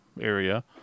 area